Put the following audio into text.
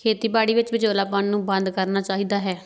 ਖੇਤੀਬਾੜੀ ਵਿੱਚ ਵਿਚੋਲਾਪਣ ਨੂੰ ਬੰਦ ਕਰਨਾ ਚਾਹੀਦਾ ਹੈ